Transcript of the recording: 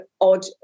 odd